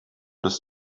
des